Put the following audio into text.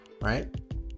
right